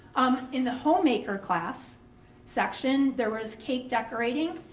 um in the homemaker class section there was cake decorating,